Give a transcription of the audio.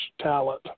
talent